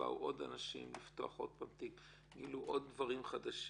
ובאו עוד אנשים לפתוח עוד תיק וגילו עוד דברים חדשים.